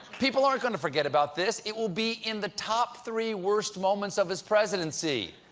people aren't going to forget about this. it will be in the top three worst moments of his presidency.